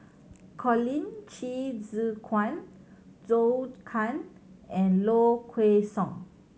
Colin Qi Zhe Quan Zhou Can and Low Kway Song